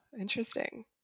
Interesting